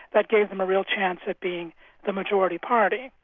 that gave them a real chance of being the majority party.